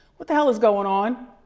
what the hell is going on?